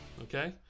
Okay